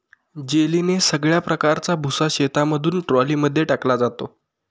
जेलीने सगळ्या प्रकारचा भुसा शेतामधून ट्रॉली मध्ये टाकला जातो